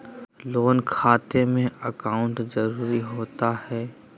Loan खाते में account जरूरी होता है?